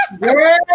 girl